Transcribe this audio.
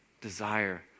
desire